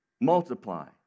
multiply